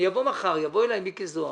אני אבוא מחר, יבוא אלי מיקי זוהר,